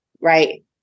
right